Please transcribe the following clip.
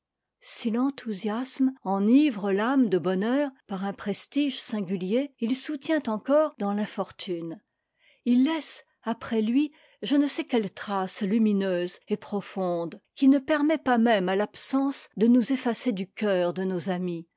si l'enthousiasme enivre l'âme de bonheur par un prestige singulier il soutient encore dans l'infortune il laisse après lui je ne sais quelle trace lumineuse et profonde qui ne permet pas même à l'absence de nous effacer du cœur de nos amis